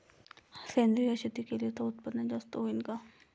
सेंद्रिय शेती केली त उत्पन्न जास्त होईन का?